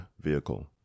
vehicle